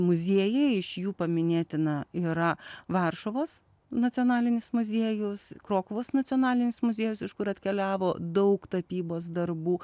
muziejai iš jų paminėtina yra varšuvos nacionalinis muziejus krokuvos nacionalinis muziejus iš kur atkeliavo daug tapybos darbų